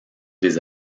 des